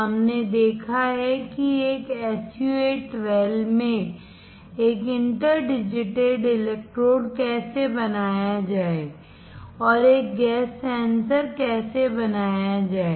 हमने देखा है कि एक SU 8 Well में एक इंटर डिजिटेड इलेक्ट्रोड कैसे बनाया जाए और एक गैस सेंसर कैसे बनाया जाए